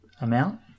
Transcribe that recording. amount